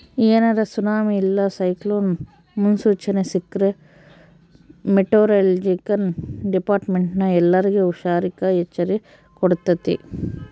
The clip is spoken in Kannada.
ಏನಾರ ಸುನಾಮಿ ಇಲ್ಲ ಸೈಕ್ಲೋನ್ ಮುನ್ಸೂಚನೆ ಸಿಕ್ರ್ಕ ಮೆಟೆರೊಲೊಜಿಕಲ್ ಡಿಪಾರ್ಟ್ಮೆಂಟ್ನ ಎಲ್ಲರ್ಗೆ ಹುಷಾರಿರಾಕ ಎಚ್ಚರಿಕೆ ಕೊಡ್ತತೆ